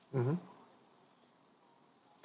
mmhmm